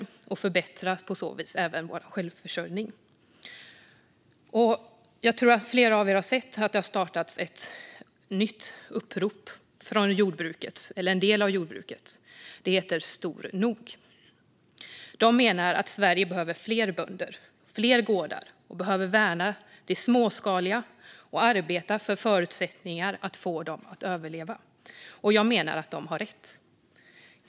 På så vis förbättrar vi även vår självförsörjning. Jag tror att flera av er har sett att det har startats ett nytt upprop från en del av jordbruket. Det heter Stor nog. De menar att Sverige behöver fler bönder och fler gårdar och att Sverige behöver värna de småskaliga och arbeta för att de ska få förutsättningar att överleva. Jag menar att de har rätt.